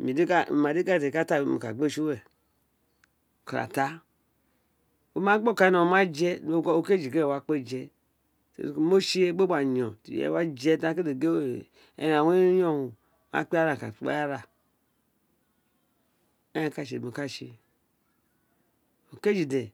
ima di ana temi ka ta mo gbe tsl nu we ka mo ka tāā mo ma gba okan ni no gba taa okui nino wa ku je tori gin mo tse reen do gba yo̱n tr treye kele je tori ewe ti o wa kele yon wo wa je ti uwo kele gin ēē urun we gele yon a kpe wa gba rāā eren ka tse urun ti mo ka tse okeyl de